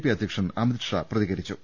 P അധ്യക്ഷൻ അമിത്ഷാ പ്രതികരിച്ചു